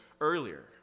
earlier